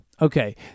Okay